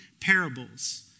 parables